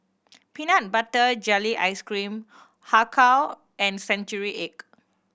peanut butter jelly ice cream Har Kow and century egg